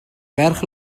ferch